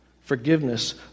Forgiveness